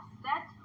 set